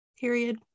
period